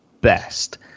best